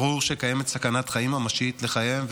ברור שקיימת סכנת חיים ממשית לחייהם,